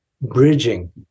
bridging